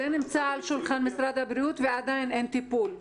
זה נמצא על שולחן משרד הבריאות ועדיין אין טיפול.